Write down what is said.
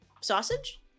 Sausage